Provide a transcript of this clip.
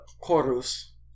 chorus